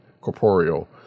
corporeal